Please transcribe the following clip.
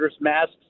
masks